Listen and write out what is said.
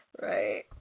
Right